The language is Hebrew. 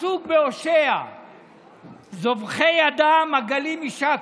הפסוק בהושע "זֹבחי אדם עגלים יִשקון",